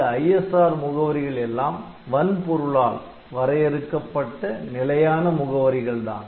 இந்த ISR முகவரிகள் எல்லாம் வன்பொருளால் வரையறுக்கப்பட்ட நிலையான முகவரிகள்தான்